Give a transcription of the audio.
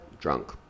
drunk